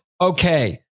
okay